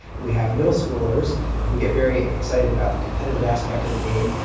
we have middle schoolers who get very excited about the competitive aspect of the game,